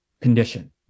condition